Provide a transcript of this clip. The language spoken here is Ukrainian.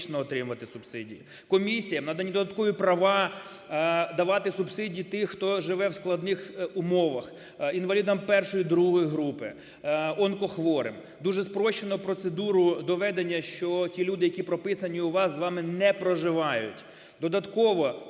Комісіям надані додаткові права давати субсидії тим, хто живе в складних умовах: інвалідам І, ІІ групи, онкохворим. Дуже спрощено процедуру доведення, що ті люди, які прописані у вас, з вами не проживають. Додатково